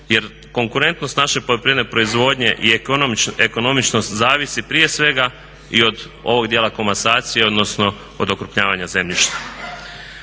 jer konkurentnost naše poljoprivredne proizvodnje i ekonomičnost zavisi prije svega i od ovog dijela komasacije odnosno od okrupnjavanja zemljišta.